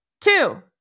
Two